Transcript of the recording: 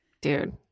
Dude